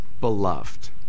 beloved